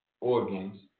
organs